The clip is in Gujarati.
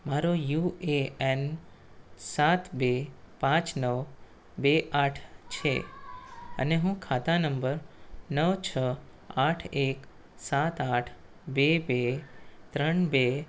મારો યુ એ એન સાત બે પાંચ નવ બે આઠ છે અને હું ખાતા નંબર નવ છ આઠ એક સાત આઠ બે બે ત્રણ બે